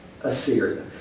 Assyria